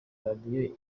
radio